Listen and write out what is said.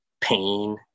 pain